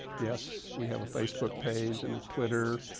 yes, we have a facebook page, and a twitter,